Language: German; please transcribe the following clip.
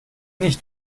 nicht